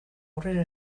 aurrera